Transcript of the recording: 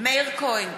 מאיר כהן,